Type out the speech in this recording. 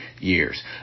years